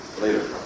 later